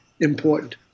important